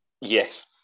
Yes